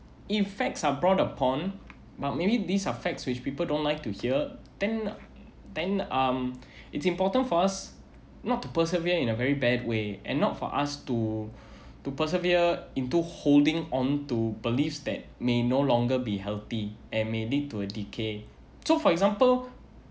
in facts are brought upon but maybe these are facts which people don't like to hear then then um it's important for us not to persevere in a very bad way and not for us to to persevere into holding onto beliefs that may no longer be healthy and may lead to a decay so for example